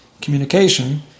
communication